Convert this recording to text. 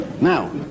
Now